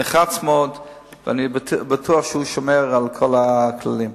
נחרץ מאוד, אני בטוח שהוא שומר על כל הכללים.